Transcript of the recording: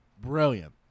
Brilliant